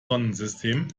sonnensystem